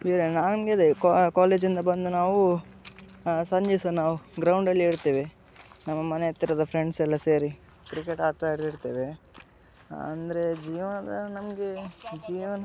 ಬೇರೆ ನಾನು ಅಂದ್ರೆ ಅದೆ ಕಾಲೇಜಿಂದ ಬಂದು ನಾವು ಸಂಜೆ ಸಹ ನಾವು ಗ್ರೌಂಡಲ್ಲಿ ಇರ್ತೇವೆ ನಮ್ಮ ಮನೆ ಹತ್ತಿರದ ಫ್ರೆಂಡ್ಸ್ ಎಲ್ಲ ಸೇರಿ ಕ್ರಿಕೆಟ್ ಆಡ್ತಾ ಇರ ಇರ್ತೇವೆ ಅಂದರೆ ಜೀವನ ನಮಗೆ ಜೀವನ